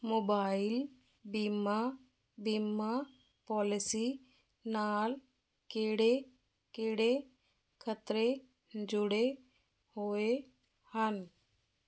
mobile ਬੀਮਾ ਬੀਮਾ policy ਨਾਲ ਕਿਹੜੇ ਕਿਹੜੇ ਖਤਰੇ ਜੁੜੇ ਹੋਏ ਹਨ